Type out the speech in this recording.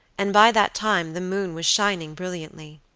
and by that time the moon was shining brilliantly.